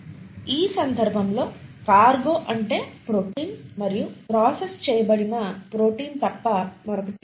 ఈ సందర్భంలో కార్గో అంటే ప్రోటీన్ మరియు ప్రాసెస్ చేయబడిన ప్రోటీన్ తప్ప మరొకటి కాదు